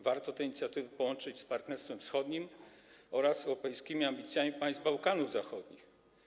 Warto te inicjatywy połączyć z Partnerstwem Wschodnim oraz europejskimi ambicjami państw Bałkanów Zachodnich.